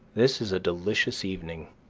this is a delicious evening,